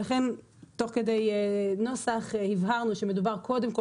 ולכן תוך כדי נוסח הבהרנו שמדובר קודם כל